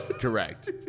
Correct